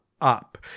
up